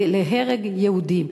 ולהרג יהודים.